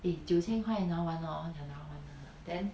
eh 九千块拿完了 hor ya 拿完了 then